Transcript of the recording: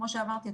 כמו שאמרתי,